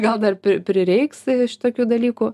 gal dar prireiks šitokių dalykų